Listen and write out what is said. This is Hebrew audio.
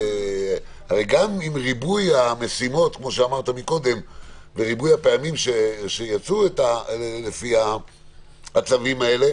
הרי גם עם ריבוי המשימות והפעמים שיצרו לפי הצווים האלה